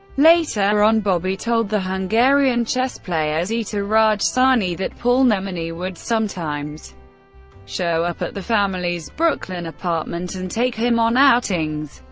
later on bobby told the hungarian chess player zita rajcsanyi that paul nemenyi would sometimes show up at the family's brooklyn apartment and take him on outings.